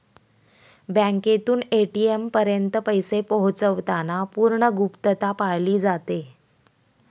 बँकेतून ए.टी.एम पर्यंत पैसे पोहोचवताना पूर्ण गुप्तता पाळली जाते